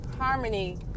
harmony